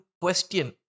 question